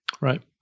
Right